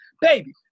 baby